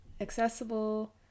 accessible